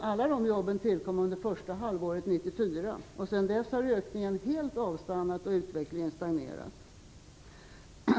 Alla de jobben tillkom under första halvåret 1994. Sedan dess har ökningen helt avstannat och utvecklingen stagnerat.